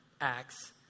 acts